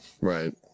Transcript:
Right